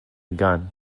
gun